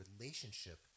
relationship